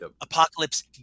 Apocalypse